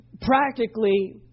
practically